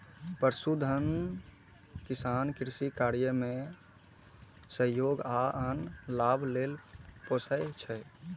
पशुधन किसान कृषि कार्य मे सहयोग आ आन लाभ लेल पोसय छै